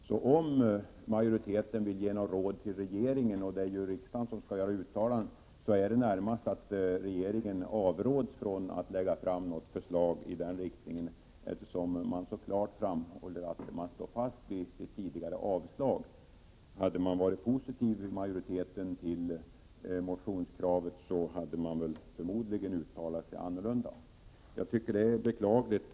Om utskottsmajoriteten nu vill ge något råd till regeringen — och det är ju riksdagen som skall göra uttalandet — skulle ett sådant närmast gå ut på att regeringen avråds från att lägga fram något förslag i denna riktning, eftersom man så klart framhåller att man står fast vid sitt tidigare yrkande på avslag. Hade majoriteten varit positiv till kravet i motionen, hade man förmodligen uttalat sig annorlunda. Jag tycker att detta är beklagligt.